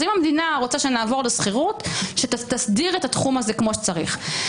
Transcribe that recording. אז אם המדינה רוצה שנעבור להשכירות שתסדיר את התחום הזה כמו שצריך.